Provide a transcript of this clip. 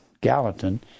Gallatin